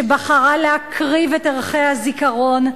שבחרה להקריב את ערכי הזיכרון,